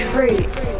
Fruits